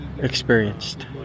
experienced